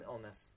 illness